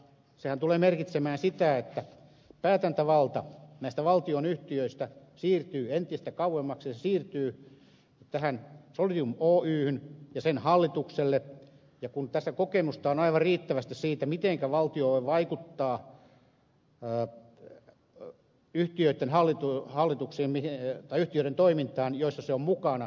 sehän tulee merkitsemään sitä että päätäntävalta näistä valtionyhtiöistä siirtyy entistä kauemmaksi ja se siirtyy tähän solidium oyhyn ja sen hallitukselle kun tässä kokemusta on aivan riittävästi siitä mitenkä valtio voi vaikuttaa ja pirkka yhtiöt on hallitun hallituksen ja yhtiöiden toimintaan joissa se on mukana